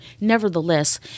Nevertheless